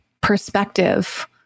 perspective